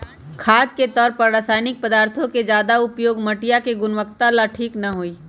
खाद के तौर पर रासायनिक पदार्थों के ज्यादा उपयोग मटिया के गुणवत्ता ला ठीक ना हई